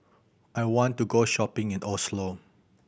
I want to go shopping in the Oslo